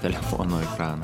telefono ekraną